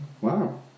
Wow